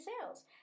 sales